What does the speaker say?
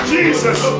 Jesus